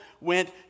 went